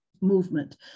movement